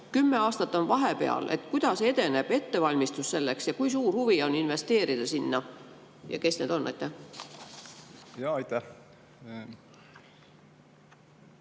Kümme aastat on vahepeal. Kuidas edeneb ettevalmistus selleks? Kui suur huvi on investeerida sinna ja kes need [investeerijad]